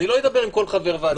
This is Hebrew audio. אני לא אדבר עם כל חבר ועדה.